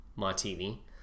Martini